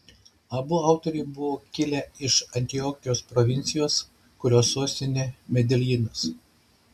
abu autoriai buvo kilę iš antiokijos provincijos kurios sostinė medeljinas